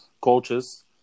coaches